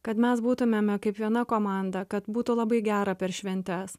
kad mes būtumėme kaip viena komanda kad būtų labai gera per šventes